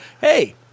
Hey